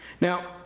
Now